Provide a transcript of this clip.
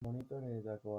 monitoreetako